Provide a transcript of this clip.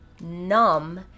numb